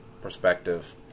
perspective